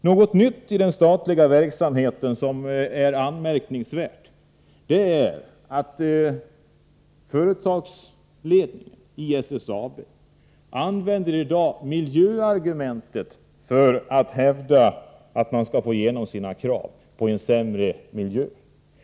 Något nytt i den statliga verksamheten som är anmärkningsvärt är att SSAB:s företagsledning i dag använder miljöargumentet för att hävda sina krav på en sämre miljö.